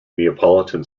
neapolitan